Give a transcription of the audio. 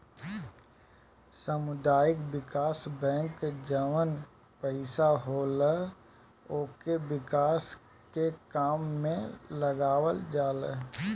सामुदायिक विकास बैंक जवन पईसा होला उके विकास के काम में लगावल जाला